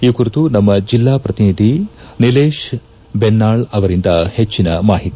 ಈ ಕುರಿತು ನಮ್ನ ಜಿಲ್ಲಾ ಪ್ರತಿನಿಧಿ ನಿಲೇಶ್ ಬೆನಾಳ್ ಅವರಿಂದ ಹೆಚ್ಚಿನ ಮಾಹಿತಿ